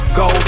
go